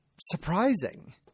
surprising